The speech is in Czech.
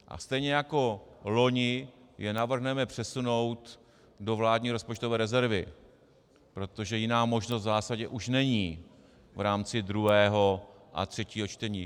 A stejně jako loni je navrhneme přesunout do vládní rozpočtové rezervy, protože jiná možnost v zásadě už není v rámci druhého a třetího čtení.